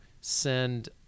send